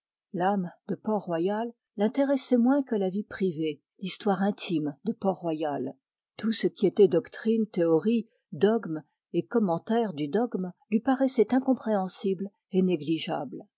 l'âme de port-royal l'intéressait moins que l'histoire intime de port-royal tout ce qui était doctrine théorie dogme et commentaire du dogme lui paraissait incompréhensible et négligeable